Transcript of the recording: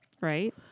right